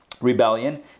rebellion